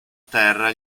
terra